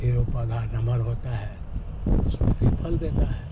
फिर ओ पौधा नम्हर होता है तो उसमें फिर फल देता है